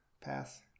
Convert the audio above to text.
Pass